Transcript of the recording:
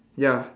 ya